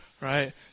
Right